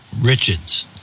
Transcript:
Richards